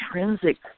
intrinsic